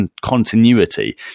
continuity